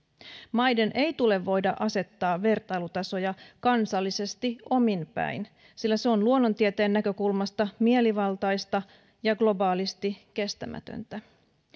maiden ei tule voida asettaa vertailutasoja kansallisesti omin päin sillä se on luonnontieteen näkökulmasta mielivaltaista ja globaalisti kestämätöntä